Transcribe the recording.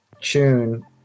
tune